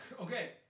okay